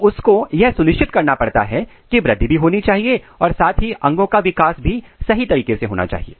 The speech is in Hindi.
तो उसको यह सुनिश्चित करना पड़ता है की वृद्धि भी होनी चाहिए और साथ ही अंगों का विकास भी सही तरीके से होना चाहिए